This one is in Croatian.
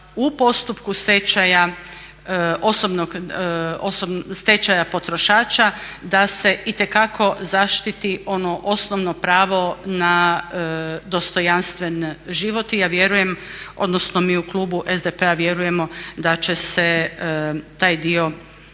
u postupku stečaja potrošača itekako zaštiti ono osnovno pravo na dostojanstven život. I ja vjerujem, odnosno mi u klubu SDP-a vjerujemo da će se taj dio